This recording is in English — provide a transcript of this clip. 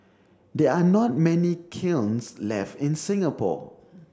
there are not many kilns left in Singapore